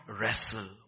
wrestle